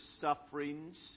sufferings